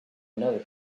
another